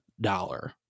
dollar